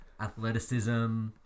athleticism